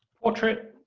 portrait.